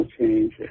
change